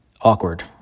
awkward